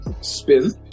spin